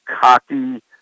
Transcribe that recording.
cocky